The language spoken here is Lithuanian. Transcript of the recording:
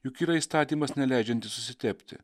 juk yra įstatymas neleidžiantis susitepti